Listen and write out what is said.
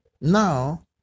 Now